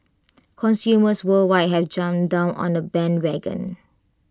consumers worldwide have jumped on the bandwagon